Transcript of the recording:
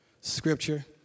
scripture